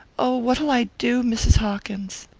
oh what'll i do, mrs. hawkins?